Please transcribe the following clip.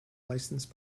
license